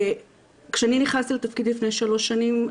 כשאני נכנסתי לתפקיד לפני שלוש שנים,